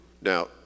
Now